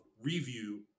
review